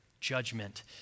judgment